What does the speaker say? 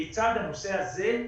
כיצד בנושא הזה,